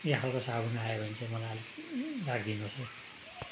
यो खालको साबुन आयो भने चाहिँ मलाई अलिक राखिदिनु होस् है